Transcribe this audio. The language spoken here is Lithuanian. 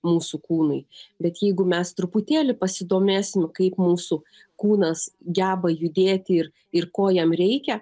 mūsų kūnui bet jeigu mes truputėlį pasidomėsim kaip mūsų kūnas geba judėti ir ir ko jam reikia